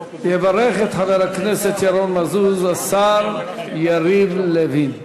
יברך את חבר הכנסת ירון מזוז השר יריב לוין.